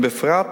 ובפרט